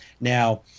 Now